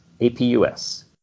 A-P-U-S